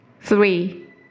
Three